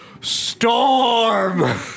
storm